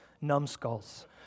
numbskulls